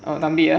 தம்பியா:thambiyaa